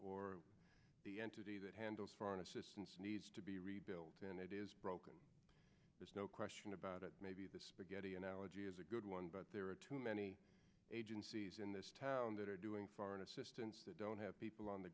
or the entity that handles foreign assistance needs to be rebuilt and it is broken there's no question about it maybe the spaghetti analogy is a good one but there are too many agencies in this town that are doing foreign assistance that don't have people on the